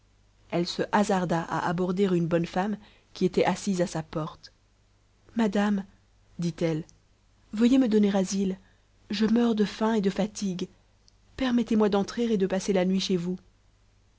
elle se hasarda à aborder une bonne femme qui était assise à sa porte madame dit-elle veuillez me donner asile je meurs de faim et de fatigue permettez-moi d'entrer et de passer la nuit chez vous